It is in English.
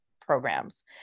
programs